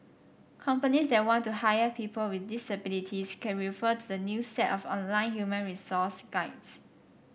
companies that want to hire people with disabilities can refer to the new set of online human resource guides